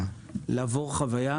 לעבור חוויה.